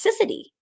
toxicity